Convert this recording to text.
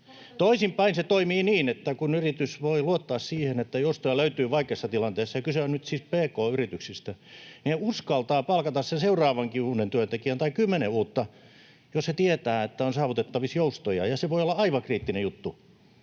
Toisin päin se toimii niin, että kun yritykset voivat luottaa siihen, että joustoja löytyy vaikeassa tilanteessa — kyse on nyt siis pk-yrityksistä — niin ne uskaltavat palkata sen seuraavankin uuden työntekijän tai kymmenen uutta. Jos he tietävät, että on saavutettavissa joustoja, niin se voi olla aivan kriittinen juttu.